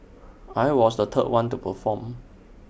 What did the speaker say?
I was the third one to perform